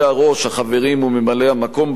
החברים וממלאי-המקום בוועדות,